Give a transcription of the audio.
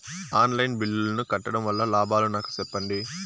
On line బిల్లుల ను కట్టడం వల్ల లాభాలు నాకు సెప్పండి?